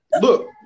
Look